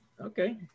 Okay